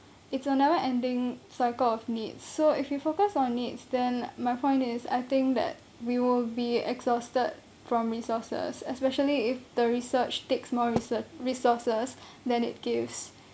it's a never ending cycle of needs so if you focus on needs then my point is I think that we will be exhausted from resources especially if the research takes more resour~ resources than it gives